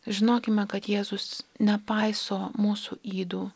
žinokime kad jėzus nepaiso mūsų ydų